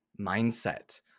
mindset